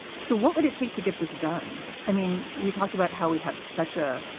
so what would it take to get this done? i mean, we talked about how we have such a,